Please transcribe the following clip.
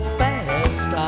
fast